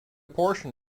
portion